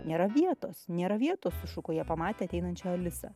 nėra vietos nėra vietos sušuko jie pamatė ateinančią alisą